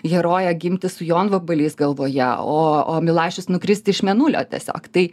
herojė gimti su jonvabaliais galvoje o o milašius nukristi iš mėnulio tiesiog tai